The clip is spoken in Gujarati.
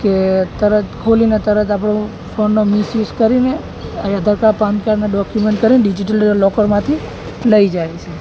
કે તરત ખોલીને તરત આપણો ફોનનો મિસયુસ કરીને એ આધાર કાર્ડ પાન કાર્ડનાં ડોક્યુમેન્ટ કરીને ડિઝિટલ લૉકરમાંથી લઈ જાય છે